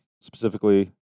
specifically